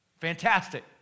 Fantastic